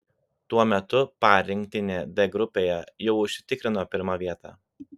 tuo metu par rinktinė d grupėje jau užsitikrino pirmą vietą